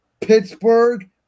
Pittsburgh